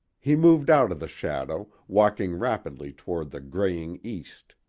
he moved out of the shadow, walking rapidly toward the graying east.